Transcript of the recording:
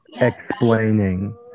Explaining